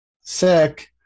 Sick